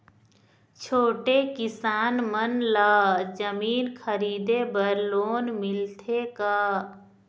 छोटे किसान मन ला जमीन खरीदे बर लोन मिलथे का?